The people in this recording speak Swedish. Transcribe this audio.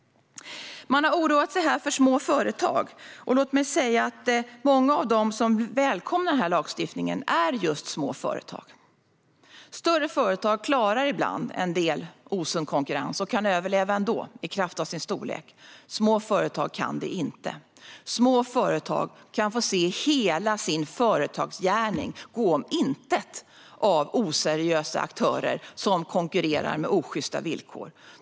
Man har här oroat sig för små företag. Låt mig säga att många av dem som välkomnar lagstiftningen är just små företag. Större företag klarar ibland en del osund konkurrens och kan överleva ändå i kraft av sin storlek. Små företag kan det inte. Små företag kan få se hela sin företagsgärning gå om intet av oseriösa aktörer som konkurrerar med osjysta villkor.